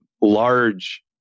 large